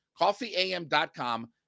Coffeeam.com